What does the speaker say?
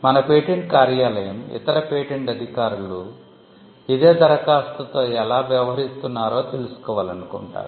మన పేటెంట్ కార్యాలయం ఇతర పేటెంట్ అధికారులు ఇదే దరఖాస్తుతో ఎలా వ్యవహరిస్తున్నారో తెలుసుకోవాలనుకుంటారు